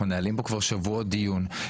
אנחנו מנהלים כאן כבר שבועות דיון.